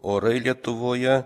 orai lietuvoje